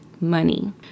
money